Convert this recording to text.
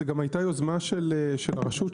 זו גם הייתה יוזמה של הרשות,